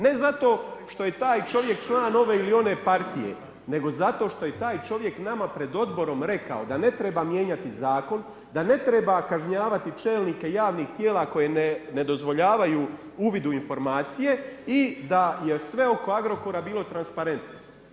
Ne zato što je taj čovjek član ove ili one partije, nego zato što je taj čovjek nama pred odborom rekao da ne treba mijenjati zakon, da ne treba kažnjavati čelnike javnih tijela koje ne dozvoljavaju uvid u informacije i da je sve oko Agrokora bilo transparentno.